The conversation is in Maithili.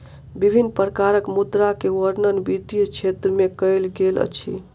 विभिन्न प्रकारक मुद्रा के वर्णन वित्तीय क्षेत्र में कयल गेल अछि